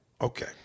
Okay